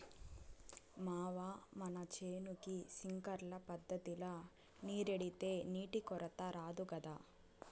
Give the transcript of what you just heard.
మావా మన చేనుకి సింక్లర్ పద్ధతిల నీరెడితే నీటి కొరత రాదు గదా